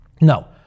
No